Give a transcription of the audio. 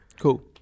Cool